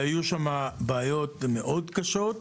והיו שם בעיות מאוד קשות,